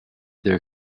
their